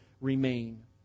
remain